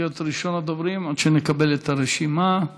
להיות ראשון הדוברים עד שנקבל את הרשימה.